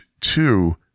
two